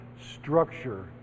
structure